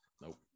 Nope